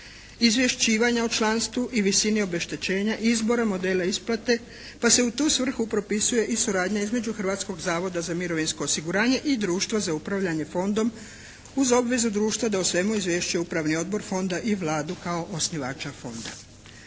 izvješćivanja o članstvu i visini obeštećenja izborom modela isplate pa se u tu svrhu propisuje i suradnja između Hrvatskog zavoda za mirovinsko osiguranje i Društva za upravljanje fondom uz obvezu društva da o svemu izvješćuje Upravni odbor Fonda i Vladu kao osnivača Fonda.